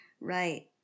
Right